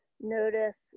notice